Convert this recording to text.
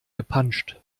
gepanscht